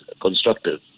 constructive